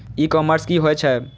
ई commerce की होए छै?